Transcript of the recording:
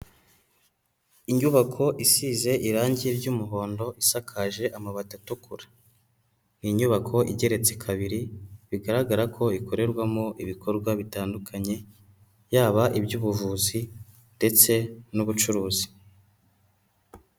Inyubako isize irangi ry'umuhondo isakaje amabati atukura, ni inyubako igeretse kabiri bigaragara ko ikorerwamo ibikorwa bitandukanye yaba iby'ubuvuzi ndetse n'ubucuruzi.